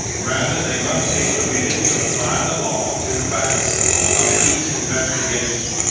rather, they must be permitted to apply the law to the facts of each investigation.